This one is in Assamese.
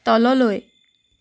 তললৈ